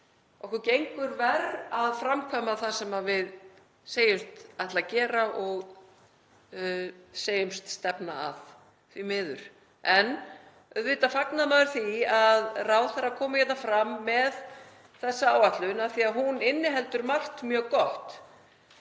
okkur gengur verr að framkvæma það sem við segjumst ætla að gera og segjumst stefna að, því miður. En auðvitað fagnar maður því að ráðherra komi fram með þessa áætlun af því að hún inniheldur margt mjög gott,